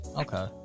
Okay